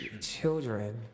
children